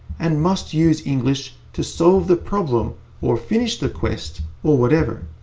and must use english to solve the problem or finish the quest or whatever.